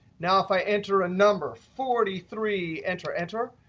now, if i enter a number, forty three, enter, enter,